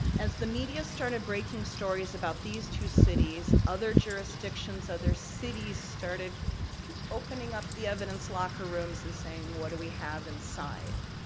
as the media started breaking stories about these two cities, other jurisdictions, other cities started opening up the evidence locker rooms and saying, what do we have inside?